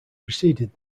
preceded